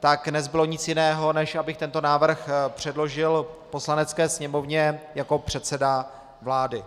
tak nezbylo nic jiného, než abych tento návrh předložil Poslanecké sněmovně jako předseda vlády.